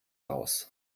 raus